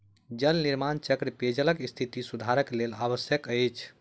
जल निर्माण चक्र पेयजलक स्थिति सुधारक लेल आवश्यक अछि